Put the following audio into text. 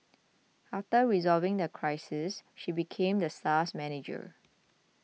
after resolving the crisis she became the star's manager